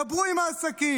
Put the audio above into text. דברו עם העסקים.